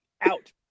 out